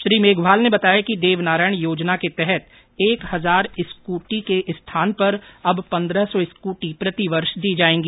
श्री मेघवाल ने बताया कि देवनारायण योजना के तहत एक हजार स्कूटी के स्थान पर अब पन्द्रह सौ स्कूटी प्रति वर्ष दी जायेंगी